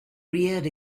reared